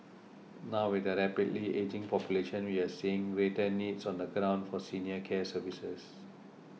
now with a rapidly ageing population we are seeing greater needs on the ground for senior care services